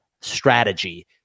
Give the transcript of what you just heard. strategy